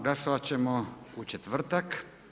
Glasovati ćemo u četvrtak.